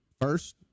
first